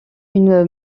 une